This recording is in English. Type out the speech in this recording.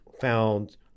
found